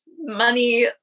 money